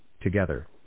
together